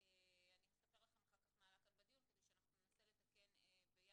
אני אספר לכם אחר כך מה עלה כאן בדיון כדי שאנחנו ננסה לתקן ביחד,